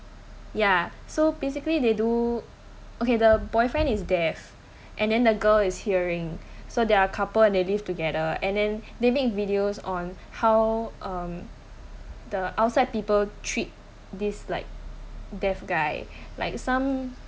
ya so basically they do okay the boyfriend is deaf and then the girl is hearing so they are a couple and they live together and then they make videos on how um the outside people treat this like deaf guy like some